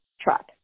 truck